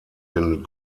den